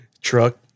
Truck